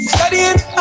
Studying